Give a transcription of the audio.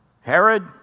Herod